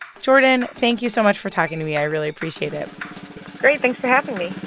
jordyn, thank you so much for talking to me. i really appreciate it great. thanks for having me